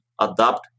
adapt